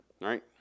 right